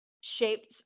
shaped